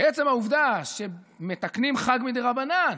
שעצם העובדה שמתקנים חג מדרבנן,